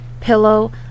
Pillow